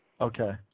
Okay